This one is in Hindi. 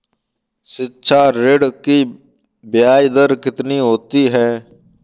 शिक्षा ऋण की ब्याज दर कितनी होती है?